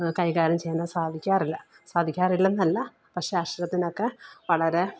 കൈകാര്യം ചെയ്യാനോ സാധിക്കാറില്ല സാധിക്കാറില്ല എന്നല്ല കുറച്ചക്ഷരത്തിനൊക്കെ വളരെ